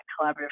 collaborative